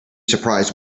surprised